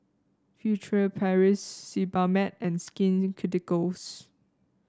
Furtere Paris Sebamed and Skin Ceuticals